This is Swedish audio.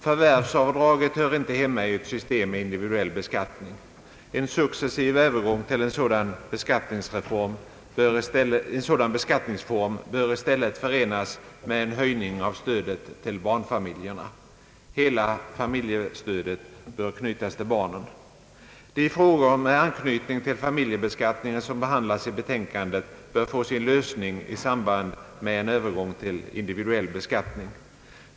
Förvärvsavdraget hör inte hemma i ett system med individuell beskattning. En successiv övergång till en sådan beskattningsform bör i stället förenas med en höjning av stödet till barnfamiljerna. Hela familjestödet bör knytas till barnet. De frågor med anknytning till familjebeskattningen som behandlats i betänkandet bör få sin lösning i samband med en Övergång till individuell beskattning.